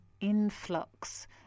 influx